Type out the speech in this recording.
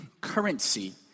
currency